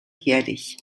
jährlich